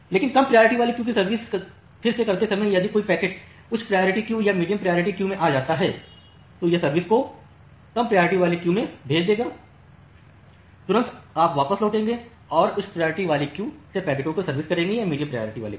लेकिन कम प्रायोरिटी वाली क्यू की सर्विस फिर से करते समय यदि कोई पैकेट्स उच्च प्रायोरिटी क्यू या मीडियम प्रायोरिटी क्यू में आता है तो यह सर्विस को कम प्रायोरिटी वाली क्यू में भेज देगा तुरंत आप वापस लौट आएंगे और उस उच्च प्रायोरिटी वाली क्यू से पैकेटों की सर्विस करेंगे या मीडियम प्रायोरिटी क्यू